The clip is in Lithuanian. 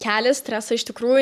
kelia stresą iš tikrųjų